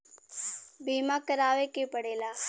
बीमा करावे के पड़ेला